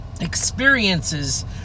experiences